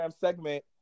segment